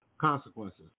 consequences